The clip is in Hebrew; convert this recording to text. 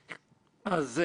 מנהלת הוועדה,